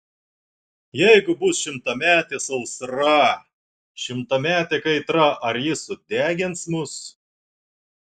jeigu bus šimtametė sausra šimtametė kaitra ar ji sudegins mus